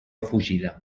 fugida